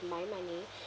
my money